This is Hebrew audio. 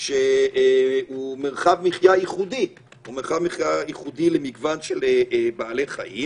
שהוא מרחב מחיה ייחודי למגוון של בעלי חיים.